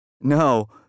No